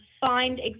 find